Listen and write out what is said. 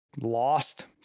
lost